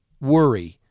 worry